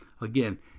Again